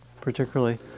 particularly